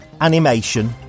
Animation